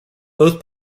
both